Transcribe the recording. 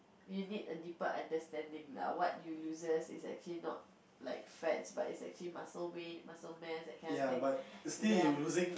you need a deeper understanding lah what you loses it's actually not like fats but it's actually muscle weight muscle mass that kind of thing ya